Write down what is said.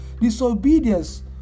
Disobedience